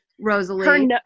Rosalie